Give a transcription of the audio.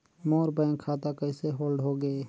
मोर bank खाता कइसे hold होगे?